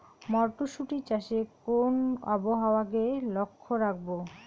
মটরশুটি চাষে কোন আবহাওয়াকে লক্ষ্য রাখবো?